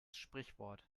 sprichwort